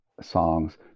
songs